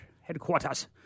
headquarters